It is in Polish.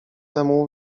temu